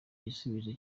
igisubizo